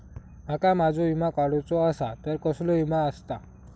माका माझो विमा काडुचो असा तर कसलो विमा आस्ता?